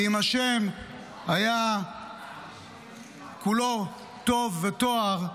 כי אם השם היה כולו טוב וטהור,